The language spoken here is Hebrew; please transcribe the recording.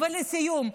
נא לסיים.